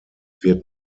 wird